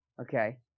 okay